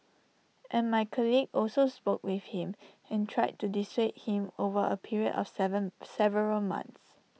and my colleagues also spoke with him and tried to dissuade him over A period of Seven several months